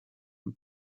and